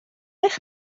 eich